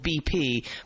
BP